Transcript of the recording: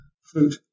fruit